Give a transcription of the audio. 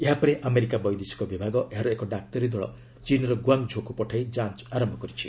ଏହାପରେ ଆମେରିକା ବୈଦେଶିକ ବିଭାଗ ଏହାର ଏକ ଡାକ୍ତରୀ ଦଳ ଚୀନ୍ର ଗୁଆଙ୍ଗ୍ଝୋକୁ ଫଠାଇ ଯାଞ୍ଚ୍ ଆରମ୍ଭ କରିଛି